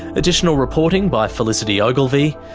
additional reporting by felicity ogilvie,